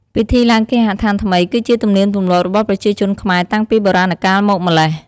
ពិធីឡើងគេហដ្ឋានថ្មី គឺជាទំនៀមទម្លាប់របស់ប្រជាជនខ្មែរតាំងពីបុរាណកាលមកម្ល៉េះ។